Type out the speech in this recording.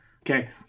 okay